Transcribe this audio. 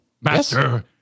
Master